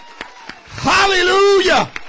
Hallelujah